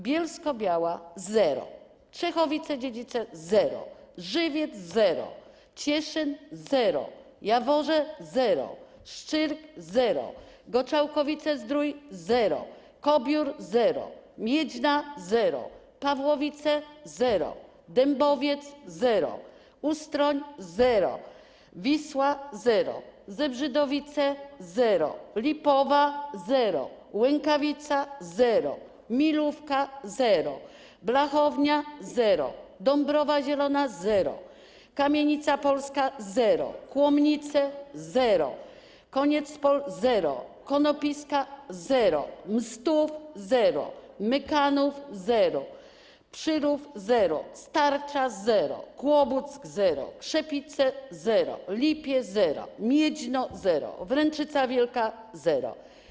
Bielsko-Biała - zero, Czechowice-Dziedzice - zero, Żywiec - zero, Cieszyn - zero, Jaworze - zero, Szczyrk - zero, Goczałkowice-Zdrój - zero, Kobiór - zero, Miedźna - zero, Pawłowice - zero, Dębowiec - zero, Ustroń - zero, Wisła - zero, Zebrzydowice - zero, Lipowa - zero, Łękawica - zero, Milówka - zero, Blachownia - zero, Dąbrowa Zielona - zero, Kamienica Polska - zero, Kłomnice - zero, Koniecpol - zero, Konopiska - zero, Mstów - zero, Mykanów - zero, Przyrów - zero, Starcza - zero, Kłobuck - zero, Krzepice - zero, Lipie - zero, Miedźno - zero, Wręczyca Wielka - zero.